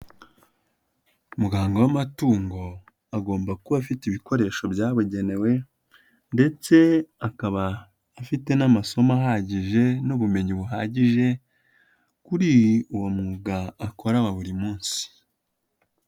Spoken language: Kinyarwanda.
Muganga w'amatungo agomba kuba afite ibikoresho byabugenewe ndetse akaba afite n'amasomo ahagije n'ubumenyi buhagije kuri uwo mwuga akora wa buri munsi.